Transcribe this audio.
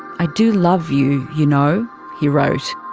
i do love you, you know he wrote.